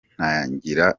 ntangira